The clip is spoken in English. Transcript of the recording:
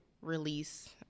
release